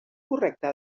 correcta